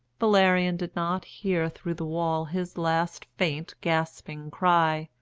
valerian did not hear through the wall his last faint gasping cry,